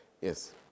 Yes